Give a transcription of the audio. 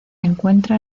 encuentra